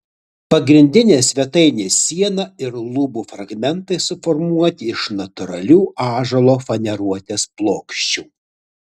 pagrindinė svetainės siena ir lubų fragmentai suformuoti iš natūralių ąžuolo faneruotės plokščių